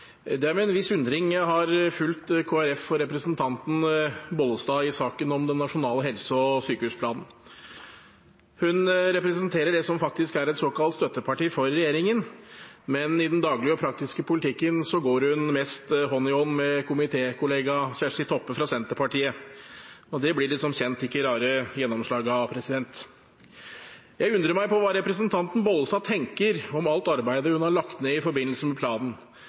representanten Bollestad i saken om den nasjonale helse- og sykehusplanen. Hun representerer et såkalt støtteparti for regjeringen, men i den daglige og praktiske politikken går hun mest hånd i hånd med komitékollega Kjersti Toppe fra Senterpartiet. Det blir det som kjent ikke rare gjennomslaget av. Jeg undrer meg på hva representanten Bollestad tenker om alt arbeid hun har lagt ned i forbindelse med planen,